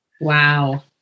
Wow